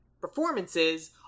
performances